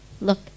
Look